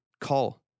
call